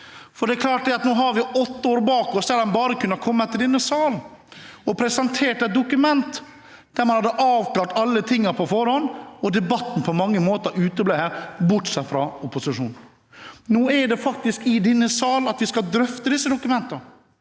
Det er klart at nå har vi åtte år bak oss der de bare har kunnet komme i denne sal og presentere et dokument. De hadde avklart alle tingene på forhånd, og debatten uteble på mange måter her, bortsett fra fra opposisjonen. Nå er det faktisk i denne sal at vi skal drøfte disse dokumentene.